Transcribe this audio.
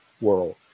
world